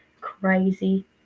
crazy